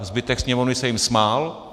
Zbytek sněmovny se jim smál.